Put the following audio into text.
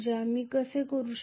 मी कसे करू शकतो